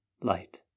light